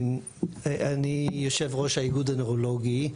אני יושב-ראש האיגוד הנוירולוגי.